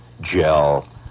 gel